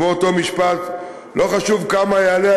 כמו אותו משפט: לא חשוב כמה יעלה,